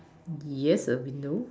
there's a window